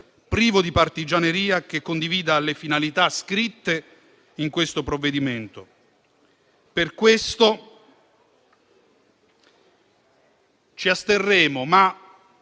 privo di partigianeria, che condivida le finalità scritte nel provvedimento in esame. Per questo ci asterremo, ma